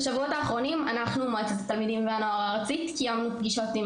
בשבועות האחרונים אנחנו מועצת התלמידים והנוער הארצית קיימנו פגישות עם